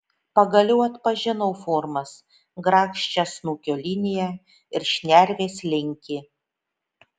pagaliau atpažinau formas grakščią snukio liniją ir šnervės linkį